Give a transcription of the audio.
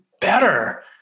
better